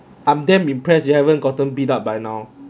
I'm damn impress you haven't gotten beat up by now